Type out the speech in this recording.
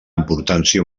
importància